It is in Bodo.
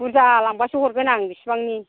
बुर्जा लांबासो हरगोन आं बेसेबांनि